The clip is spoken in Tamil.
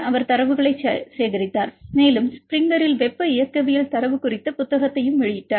அவர் தரவுகளை சேகரித்தார் மேலும் ஸ்பிரிங்கரில் வெப்ப இயக்கவியல் தரவு குறித்த புத்தகத்தை வெளியிட்டார்